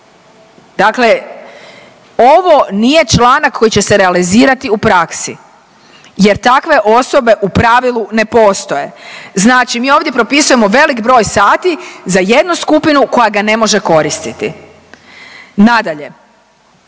Dakle, ovo nije članak koji će se realizirati u praksi jer takve osobe u pravilu na postoje. Znači mi ovdje propisujemo velik broj sati za jednu skupinu koja ga ne može koristiti. Nadalje,